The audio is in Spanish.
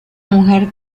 mujer